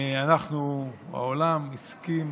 אנחנו, העולם, הסכים,